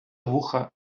вуха